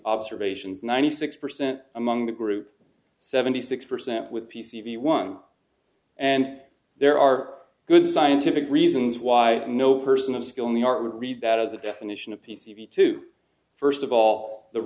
observations ninety six percent among the group seventy six percent with p c v one and there are good scientific reasons why no person of skill in the art would read that as a definition of p c b to first of all the